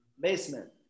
basement